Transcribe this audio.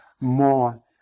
more